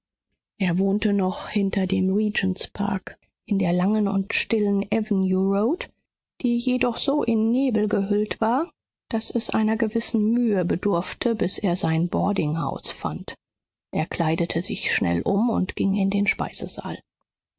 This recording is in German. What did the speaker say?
er wohnte noch hinter dem regentspark in der langen und stillen avenue roat die jedoch so in nebel gehüllt war daß es einer gewissen mühe bedurfte bis er sein boarding house fand er kleidete sich schnell um und ging in den speisesaal